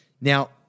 Now